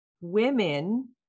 women